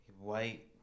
White